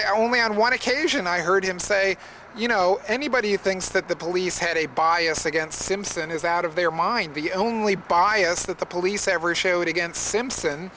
i only and want to cation i heard him say you know anybody who thinks that the police had a bias against simpson is out of their mind the only bias that the police ever showed against simpson